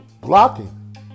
blocking